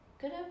Good